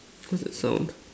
what's that sound